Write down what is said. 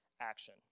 action